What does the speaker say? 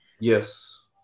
Yes